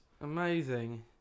Amazing